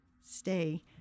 stay